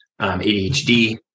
ADHD